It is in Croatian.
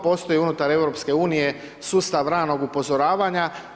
Postoji unutar EU sustav radnog upozoravanja.